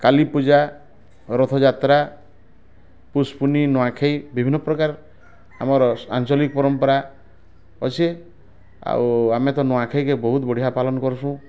କାଲିପୂଜା ରଥଯାତ୍ରା ପୁଷୁପୁନେଇଁ ନୂଆଖାଇ ବିଭିନ୍ନ ପ୍ରକାର ଆମର୍ ଆଞ୍ଚଲିକ୍ ପରମ୍ପରା ଅଛେ ଆଉ ଆମେ ତ ନୂଆଖାଇକେ ବହୁତ ବଢ଼ିଆ ପାଲନ କରସୁଁ